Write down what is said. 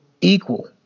equal